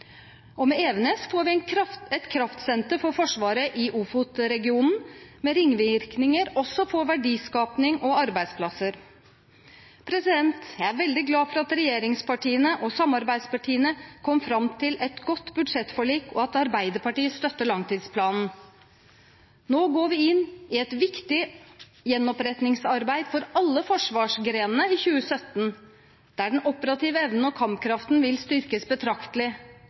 styrkes. Med Evenes får vi et kraftsenter for Forsvaret i Ofot-regionen, med ringvirkninger også for verdiskaping og arbeidsplasser. Jeg er veldig glad for at regjeringspartiene og samarbeidspartiene kom fram til et godt budsjettforlik, og at Arbeiderpartiet støtter langtidsplanen. Nå går vi inn i et viktig gjenopprettingsarbeid for alle forsvarsgrenene i 2017, der den operative evnen og kampkraften vil styrkes betraktelig.